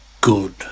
good